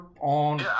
on –